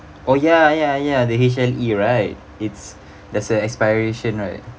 oh ya ya ya the H_L_E right it's there's an expiration right